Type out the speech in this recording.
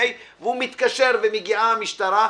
והוא מתקשר ומגיעה המשטרה,